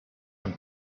him